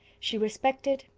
she respected,